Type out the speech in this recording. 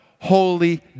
Holy